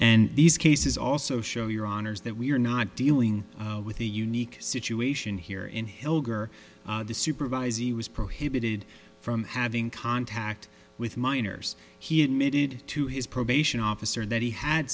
and these cases also show your honour's that we're not dealing with a unique situation here in helder the supervisee was prohibited from having contact with minors he admitted to his probation officer that he had